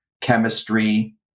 chemistry